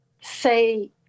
say